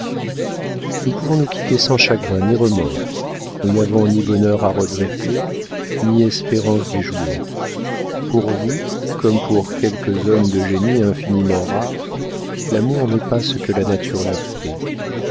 nous pouvons nous quitter sans chagrin ni remords nous n'avons ni bonheur à regretter ni espérances déjouées pour vous comme pour quelques hommes de génie infiniment rares l'amour n'est pas ce que la nature l'a fait